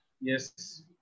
Yes